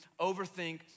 overthink